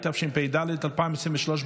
התשפ"ד 2023,